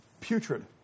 Putrid